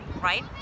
right